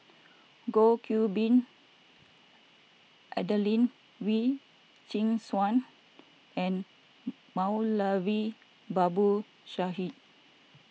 Goh Qiu Bin Adelene Wee Chin Suan and Moulavi Babu Sahib